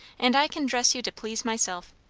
and i can dress you to please myself.